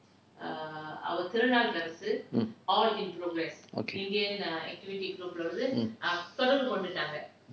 mm okay mm